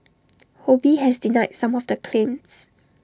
ho bee has denied some of the claims